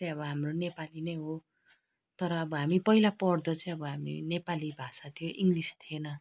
चाहिँ हाम्रो नेपाली नै हो तर अब हामी पहिला पढ्दा चाहिँ अब हामी नेपाली भाषा थियो इङ्गलिस थिएन